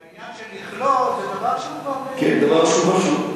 אבל בעניין של לכלוא, זה דבר, כן, דבר שהוא חשוב.